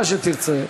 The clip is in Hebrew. מה שתרצה.